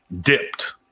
dipped